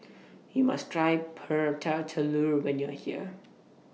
YOU must Try Prata Telur when YOU Are here